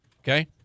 Okay